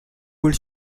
would